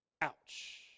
Ouch